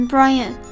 Brian